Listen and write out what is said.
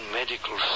medical